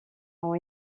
ont